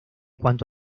cuanto